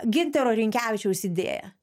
gintaro rinkevičiaus idėja